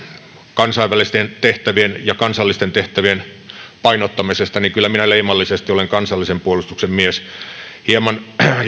kansainvälisten tehtävien ja kansallisten tehtävien painottamisesta kyllä minä leimallisesti olen kansallisen puolustuksen mies hieman